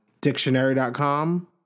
dictionary.com